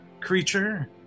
creature